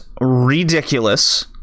ridiculous